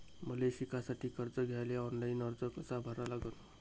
मले शिकासाठी कर्ज घ्याले ऑनलाईन अर्ज कसा भरा लागन?